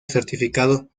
certificado